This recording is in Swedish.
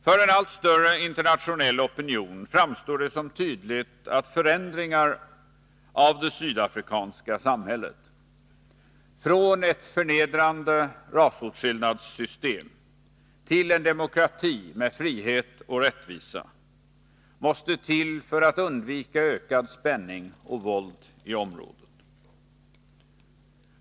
För en allt större internationell opinion framstår det som tydligt att förändringar av det sydafrikanska samhället — från ett förnedrande rasåtskillnadssystem till en demokrati med frihet och rättvisa — måste till för att undvika ökad spänning och våld i området.